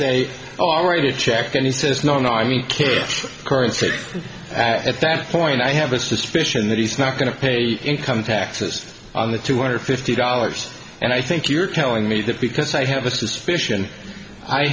say already a check and he says no no i mean kid currency at that point i have a suspicion that he's not going to pay income taxes on the two hundred fifty dollars and i think you're telling me that because i have a suspicion i